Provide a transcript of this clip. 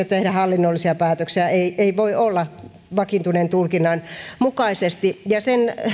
tehdä hallinnollisia päätöksiä ei voi olla vakiintuneen tulkinnan mukaisesti